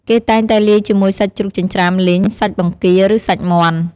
គេតែងតែលាយជាមួយសាច់ជ្រូកចិញ្ច្រាំលីង សាច់បង្គា ឬសាច់មាន់។